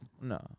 No